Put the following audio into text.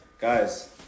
Guys